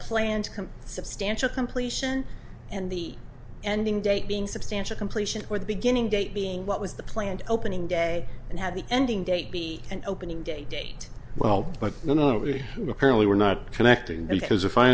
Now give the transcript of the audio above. come substantial completion and the ending date being substantial completion or the beginning date being what was the planned opening day and had the ending date be an opening date date well but nobody apparently we're not connecting because if i